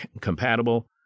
compatible